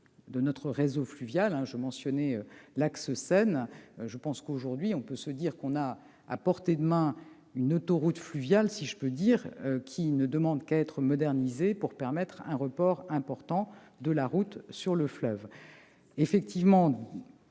de notre réseau fluvial. Je mentionnais l'axe Seine ; on a aujourd'hui à portée de main une autoroute fluviale, si je puis dire, qui ne demande qu'à être modernisée pour permettre un report important de la route sur le fleuve.